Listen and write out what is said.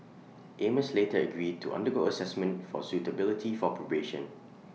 amos later agreed to undergo Assessment for suitability for probation